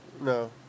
No